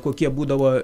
kokie būdavo